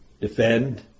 defend